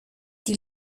die